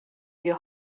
your